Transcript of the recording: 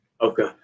Okay